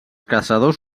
caçadors